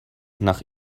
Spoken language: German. nach